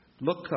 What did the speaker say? Look